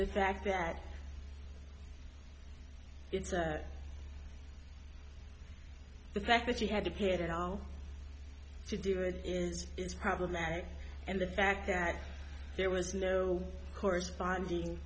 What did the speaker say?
the fact that it's the fact that she had to pay it all to do it is it's problematic and the fact that there was no corresponding